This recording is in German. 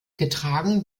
getragen